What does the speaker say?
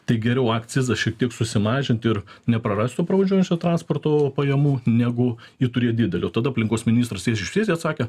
tai geriau akcizą šiek tiek susimažinti ir neprarast to pravažiuojančio transporto pajamų negu jį turėt didelį o tada aplinkos ministras tiesiai šviesiai atsakė